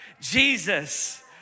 Jesus